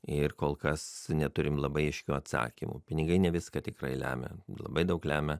ir kol kas neturim labai aiškių atsakymų pinigai ne viską tikrai lemia labai daug lemia